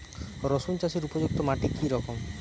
রুসুন চাষের উপযুক্ত মাটি কি রকম?